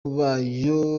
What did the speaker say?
bayo